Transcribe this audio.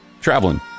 traveling